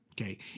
Okay